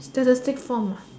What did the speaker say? statistic from